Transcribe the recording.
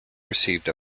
received